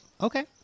Okay